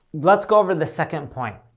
let's go over the second point.